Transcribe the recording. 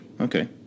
Okay